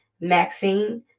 Maxine